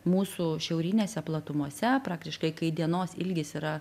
mūsų šiaurinėse platumose praktiškai kai dienos ilgis yra